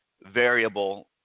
variable